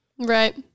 right